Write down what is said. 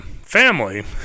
family